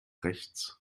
rechts